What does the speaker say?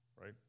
Right